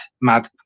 mad